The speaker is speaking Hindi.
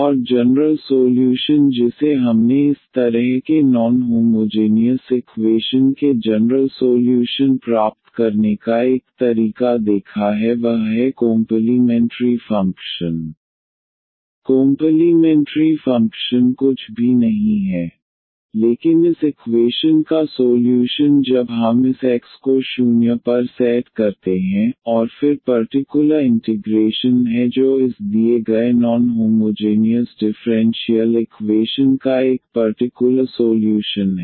और जनरल सोल्यूशन जिसे हमने इस तरह के नॉन होमोजेनियस इकवेशन के जनरल सोल्यूशन प्राप्त करने का एक तरीका देखा है वह है कोम्पलीमेंटरी फ़ंक्शन कोम्पलीमेंटरी फ़ंक्शन कुछ भी नहीं है लेकिन इस इकवेशन का सोल्यूशन जब हम इस x को 0 पर सेट करते हैं और फिर पर्टिकुलर इंटिग्रेशन है जो इस दिए गए नॉन होमोजेनियस डिफ़्रेंशियल इकवेशन का एक पर्टिकुलर सोल्यूशन है